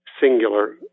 singular